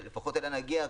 שלפחות אליה נגיע,